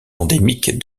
endémique